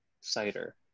Cider